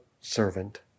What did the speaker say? servant